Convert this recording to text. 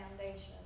foundation